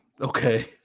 okay